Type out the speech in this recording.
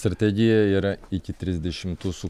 strategija yra iki trisdešimtų su